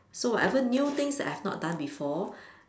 so whatever new things that I have not done before